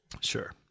Sure